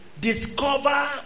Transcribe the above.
discover